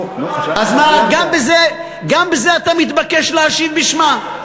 לא, אני, אז מה, גם בזה אתה מתבקש להשיב בשמם?